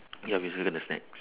ya we circle the snacks